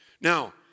Now